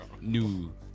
new